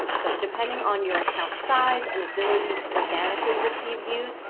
so depending on your account size and ability to organically receive views,